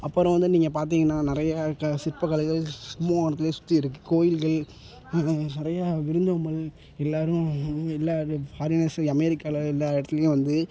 அப்புறம் வந்து நீங்கள் பார்த்திங்கன்னா நிறைய க சிற்பக்கலைகள் கும்மோணத்தில் சுற்றி இருக்குது கோயில்கள் நிறையா விருந்தோம்பல் எல்லோரும் எல்லா ஃபாரினர்ஸு அமேரிக்காவில் எல்லா இடத்துலையும் வந்து